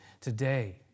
Today